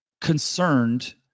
concerned